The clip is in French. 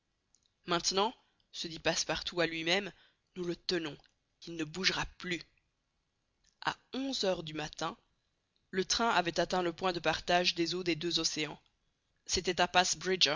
maintenant se dit passepartout à lui-même nous le tenons il ne bougera plus a onze heures du matin le train avait atteint le point de partage des eaux des deux océans c'était à